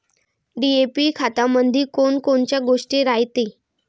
DAP खतामंदी कोनकोनच्या गोष्टी रायते?